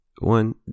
one